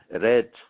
red